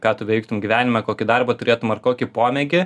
ką tu veiktum gyvenime kokį darbą turėtum ar kokį pomėgį